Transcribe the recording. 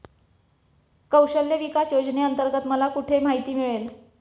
कौशल्य विकास योजनेअंतर्गत मला कुठे माहिती मिळेल?